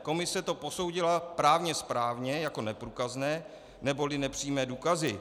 Komise to posoudila právně správně jako neprůkazné neboli nepřímé důkazy.